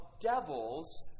devils